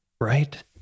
right